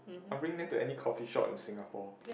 I'll bring them to any coffee shop in Singapore